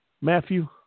Matthew